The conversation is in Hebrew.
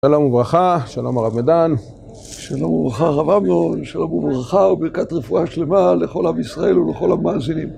שלום וברכה, שלום הרב מדן. שלום וברכה הרב אמנון, שלום וברכה ובריכת רפואה שלמה לכל עם ישראל ולכל המאזינים.